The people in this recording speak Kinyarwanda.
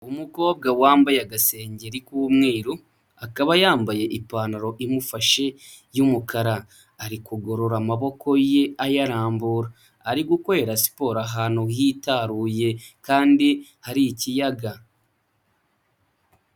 Umukobwa wambaye agasengeri k'umweru, akaba yambaye ipantaro imufashe y'umukara. Ari kugorora amaboko ye ayarambura. Ari gukorera siporo ahantu hitaruye kandi hari ikiyaga.